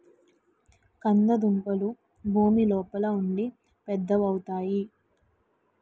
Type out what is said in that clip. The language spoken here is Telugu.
కంద దుంపలు భూమి లోపలుండి పెద్దవవుతాయి